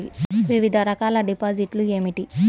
వివిధ రకాల డిపాజిట్లు ఏమిటీ?